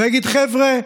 ויגיד: חבר'ה,